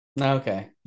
Okay